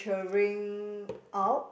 ~turing out